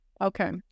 Okay